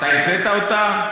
אתה המצאת אותה?